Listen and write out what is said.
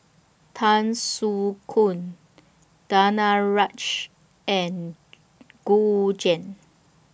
Tan Soo Khoon Danaraj and Gu Juan